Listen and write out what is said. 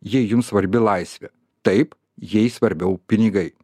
jei jums svarbi laisvė taip jai svarbiau pinigai